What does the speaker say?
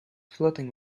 flirting